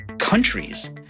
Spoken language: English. countries